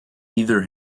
either